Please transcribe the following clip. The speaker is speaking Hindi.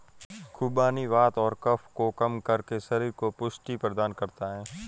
खुबानी वात और कफ को कम करके शरीर को पुष्टि प्रदान करता है